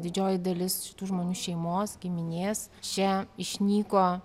didžioji dalis tų žmonių šeimos giminės čia išnyko